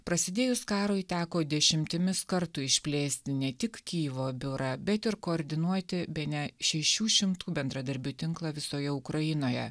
prasidėjus karui teko dešimtimis kartų išplėsti ne tik kijivo biurą bet ir koordinuoti bene šešių šimtų bendradarbių tinklą visoje ukrainoje